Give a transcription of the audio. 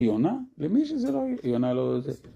‫יונה? למי שזה לא... ‫יונה לא לזה.